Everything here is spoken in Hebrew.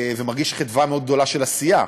ומרגיש חדווה מאוד גדולה של עשייה,